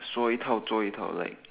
说一套做一套:Shuo Yi Tao Zuo Yi Tao like